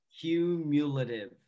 Cumulative